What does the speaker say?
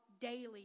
Daily